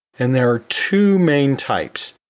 and there are two main types,